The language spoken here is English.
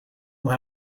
will